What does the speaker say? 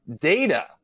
data